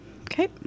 Okay